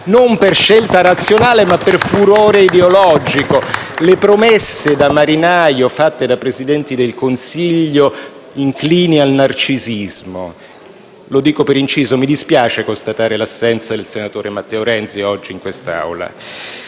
non per scelta razionale, ma per furore ideologico. *(Applausi dal Gruppo FI-BP)*. Le promesse da marinaio fatte da presidenti del Consiglio inclini al narcisismo (lo dico per inciso: mi dispiace constatare l'assenza del senatore Matteo Renzi oggi in quest'Aula).